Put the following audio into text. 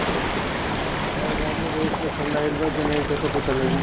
हमरा गांव मे रोड के फन्ड आइल बा कि ना कैसे पता लागि?